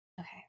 Okay